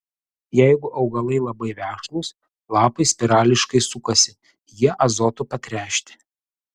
jeigu augalai labai vešlūs lapai spirališkai sukasi jie azotu patręšti